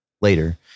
later